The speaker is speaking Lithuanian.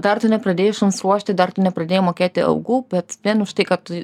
dar tu nepradėjai šuns ruošti dar tu nepradėjai mokėti algų bet vien už tai kad tu